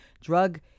drug